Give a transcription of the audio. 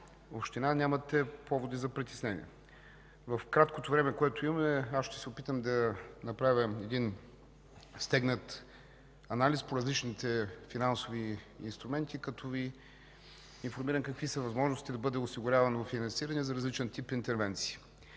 община нямате поводи за притеснение. В краткото време, което имам, аз ще се опитам да направя един стегнат анализ по различните финансови инструменти, като Ви информирам какви са възможностите да бъде осигурявано финансиране за различен тип интервенции.